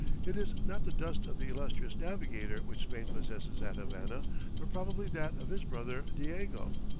it is not the dust of the illustrious navigator which spain possesses at havana, but probably that of his brother diego.